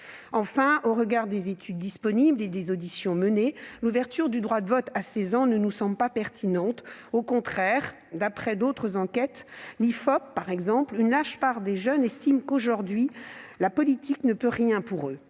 Enfin, au regard des études disponibles et des auditions menées, l'ouverture du droit de vote à 16 ans ne nous semble pas pertinente. Au contraire, d'après les enquêtes de l'IFOP, par exemple, une large part des jeunes estime aujourd'hui que la politique ne peut rien pour eux.